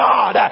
God